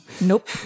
nope